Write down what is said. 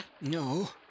No